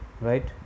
right